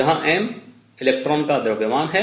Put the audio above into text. जहां m electron का द्रव्यमान है